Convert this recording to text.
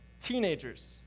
teenagers